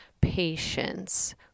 patience